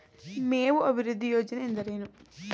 ಮೇವು ಅಭಿವೃದ್ಧಿ ಯೋಜನೆ ಎಂದರೇನು?